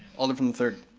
alder from the third.